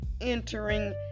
entering